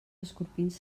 escorpins